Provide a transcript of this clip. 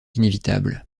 inévitable